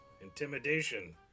Intimidation